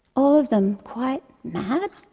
all of them quite mad?